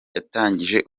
yatangije